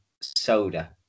soda